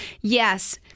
yes